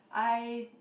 I